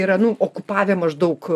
yra nu okupavę maždaug